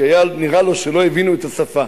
כי היה נראה לו שלא הבינו את השפה.